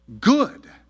good